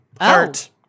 art